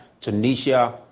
Tunisia